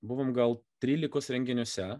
buvom gal trylikos renginiuose